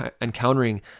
encountering